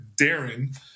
darren